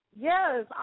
Yes